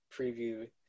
preview